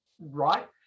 right